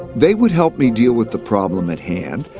they would help me deal with the problem at hand,